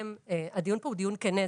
ברשותכם, הדיון כאן הוא דיון כן.